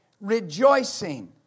rejoicing